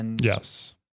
Yes